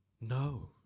No